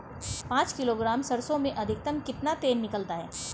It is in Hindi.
पाँच किलोग्राम सरसों में अधिकतम कितना तेल निकलता है?